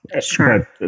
Sure